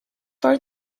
for